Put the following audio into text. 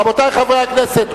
רבותי חברי הכנסת,